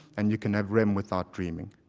and you can have rem without dreaming.